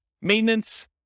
Maintenance